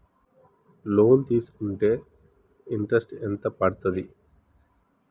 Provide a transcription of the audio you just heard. Loan తీస్కుంటే interest ఎంత పడ్తది?